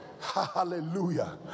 Hallelujah